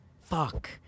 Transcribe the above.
Fuck